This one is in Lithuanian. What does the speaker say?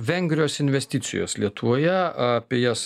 vengrijos investicijos lietuvoje apie jas